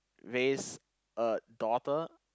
raise a daughter